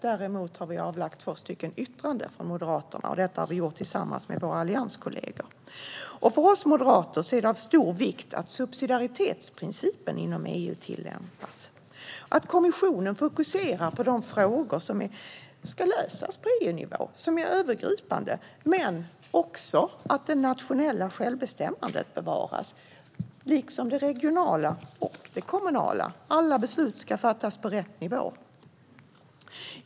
Däremot har vi avgett två yttranden, och det har vi gjort tillsammans med våra allianskollegor. För oss moderater är det av stor vikt att subsidiaritetsprincipen inom EU tillämpas, att kommissionen fokuserar på de frågor som är övergripande och ska lösas på EU-nivå och att det nationella självbestämmandet bevaras liksom det regionala och det kommunala. Alla beslut ska fattas på rätt nivå.